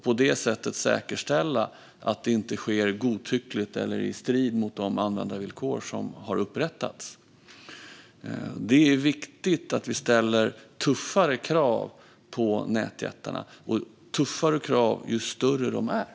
På det sättet säkerställs att det inte sker godtyckligt eller i strid med de användarvillkor som har upprättats. Det är viktigt att vi ställer tuffare krav på nätjättarna. Och ju större de är, desto tuffare ska kraven vara.